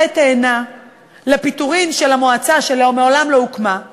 עלה תאנה לפיטורין של המועצה שמעולם לא הוקמה,